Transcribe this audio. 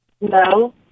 No